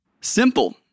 Simple